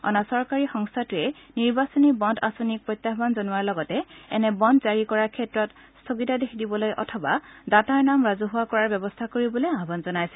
অনা চৰকাৰী সংস্থাটোৱে নিৰ্বাচনী বণু আঁচনিক প্ৰত্যাহ্মন জনোৱাৰ লগতে এনে বণু জাৰি কৰাৰ ক্ষেত্ৰত স্থগিতাদেশ দিবলৈ অথবা দাতাৰ নাম ৰাজহুৱা কৰাৰ ব্যৱস্থা কৰিবলৈ আহ্বান জনাইছিল